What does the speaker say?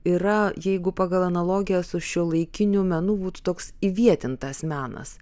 yra jeigu pagal analogiją su šiuolaikiniu menu būtų toks įvietintas menas